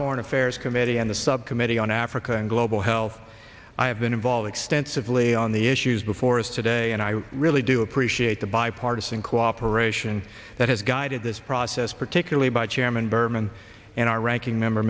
foreign affairs committee and the subcommittee on africa and global health i have been involved extensively on the issues before us today and i really do appreciate the bipartisan cooperation that has guided this process particularly by chairman berman and our ranking member